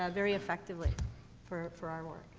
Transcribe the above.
ah very effectively for, for our work.